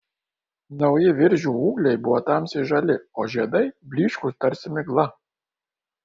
nauji viržių ūgliai buvo tamsiai žali o žiedai blyškūs tarsi migla